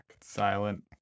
Silent